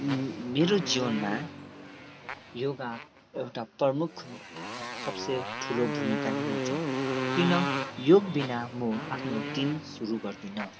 मेरो जीवानमा योगा एउटा प्रमुख सबसे ठुलो भुमिका निभाउँछ किन योग बिना म आफ्नो दिन सुरु गर्दिनँ